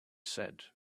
said